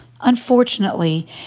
unfortunately